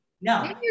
No